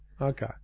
Okay